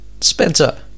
Spencer